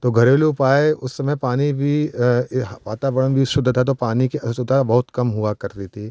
तो घरेलू उपाय उस समय पानी भी वातावरण भी शुद्ध था तो पानी कि असुविधा बहुत कम हुआ करती थी